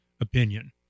opinion